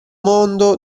mondo